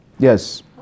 Yes